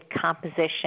composition